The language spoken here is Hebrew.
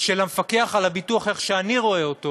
של המפקח על הביטוח, כפי שאני רואה אותו